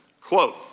quote